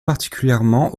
particulièrement